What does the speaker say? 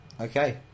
okay